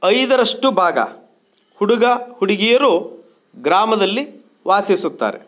ಐದರಷ್ಟು ಭಾಗ ಹುಡುಗ ಹುಡುಗಿಯರು ಗ್ರಾಮದಲ್ಲಿ ವಾಸಿಸುತ್ತಾರೆ